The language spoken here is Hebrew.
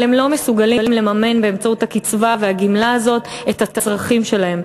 אבל הם לא מסוגלים לממן באמצעות הקצבה והגמלה הזאת את הצרכים שלהם.